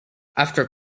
after